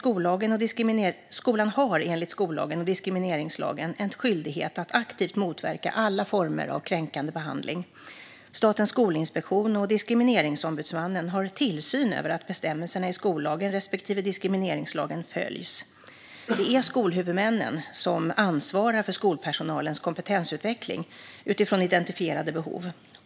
Skolan har enligt skollagen och diskrimineringslagen en skyldighet att aktivt motverka alla former av kränkande behandling. Statens skolinspektion och Diskrimineringsombudsmannen har tillsyn över att bestämmelserna i skollagen respektive diskrimineringslagen följs. Det är skolhuvudmännen som ansvarar för skolpersonalens kompetensutveckling utifrån identifierade behov.